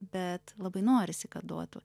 bet labai norisi kad duotų